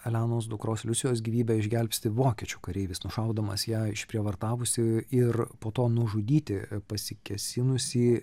elenos dukros liucijos gyvybę išgelbsti vokiečių kareivis nušaudamas ją išprievartavusį ir po to nužudyti pasikėsinusį